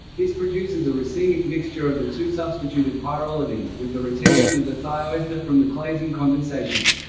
this produces a racemic mixture of the two substituted pyrrolidine, with the retention of the thioester from the claisen condensation.